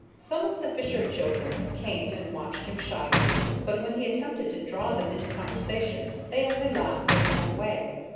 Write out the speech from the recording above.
some of the fisher-children came and watched him shyly, but when he attempted to draw them into conversation they only laughed and ran away.